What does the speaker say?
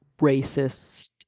racist